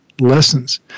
lessons